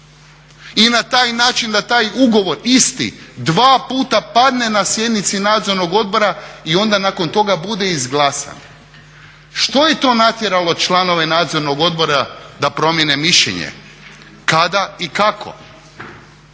I na taj način da taj ugovor isti dva puta padne na sjednici nadzornog odbora i onda nakon toga bude izglasan. Što je to natjeralo članove nadzornog odbora da promjene mišljenje? Kada i kako?